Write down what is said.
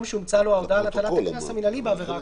שהוצאה לו ההודעה על הפרת הקנס המנהלי בעבירה הקודמת."